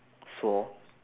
swore